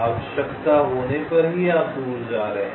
आवश्यकता होने पर ही आप दूर जा रहे हैं